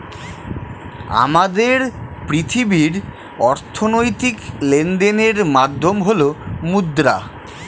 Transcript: আমাদের পৃথিবীর অর্থনৈতিক লেনদেনের মাধ্যম হল মুদ্রা